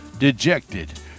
Dejected